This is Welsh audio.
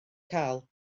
cael